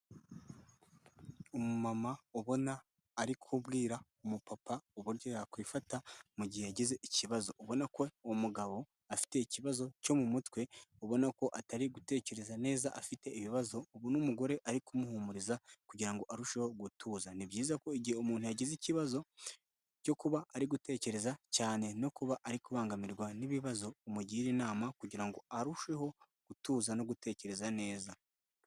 Umumama ubona arikubwira umupapa uburyo yakwifata mu gihe yagize ikibazo, ubona ko uwo mugabo afite ikibazo cyo mu mutwe, ubona ko atari gutekereza neza afite ibibazo ubona umugore ari kumuhumuriza kugira ngo arusheho gutuza, ni byiza ko igihe umuntu yagize ikibazo cyo kuba ari gutekereza cyane no kuba ari kubangamirwa n'ibibazo umugira inama kugira ngo arusheho gutuza no gutekereza neza.